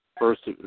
first